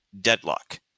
deadlock